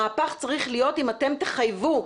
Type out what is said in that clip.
המהפך צריך להיות אם אתם תחייבו,